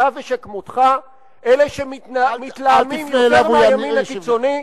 אלה שמתלהמים אל מעבר לימין הקיצוני.